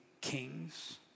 kings